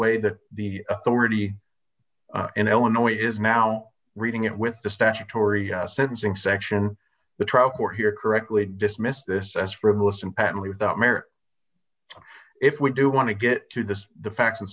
way that the authority in illinois is now reading it with the statutory sentencing section the trial court here correctly dismissed this as frivolous and patently without merit if we do want to get to this the facts and